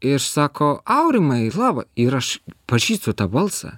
išsako aurimai lava ir aš pažįstu tą balsą